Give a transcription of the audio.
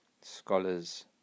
scholars